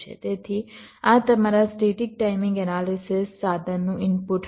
તેથી આ તમારા સ્ટેટિક ટાઈમિંગ એનાલિસિસ સાધનનું ઇનપુટ હશે